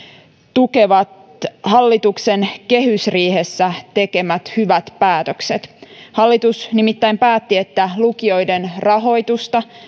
tukevat hallituksen kehysriihessä tekemät hyvät päätökset hallitus nimittäin päätti että lukioiden rahoitusta